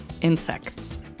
insects